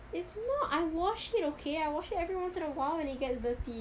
it's not I washed it okay I wash it every once in awhile when it gets dirty